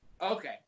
Okay